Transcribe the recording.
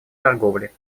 торговли